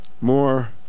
more